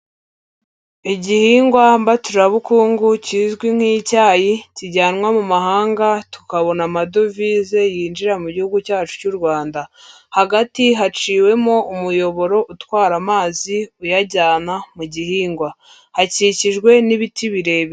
Igihingwa mbaturabukungu kizwi nk'icyayi kijyanwa mu mahanga tukabona amadovize yinjira mu gihugu cyacu cy'u Rwanda, hagati haciwemo umuyoboro utwara amazi uyajyana mu gihingwa hakikijwe n'ibiti birebire.